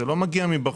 זה לא מגיע מבחוץ.